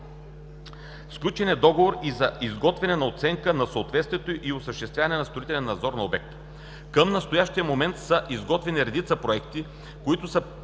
Сключен е договор и за изготвяне на оценка на съответствието и осъществяване на строителен надзор на обекта. Към настоящия момент са изготвени работни проекти, които са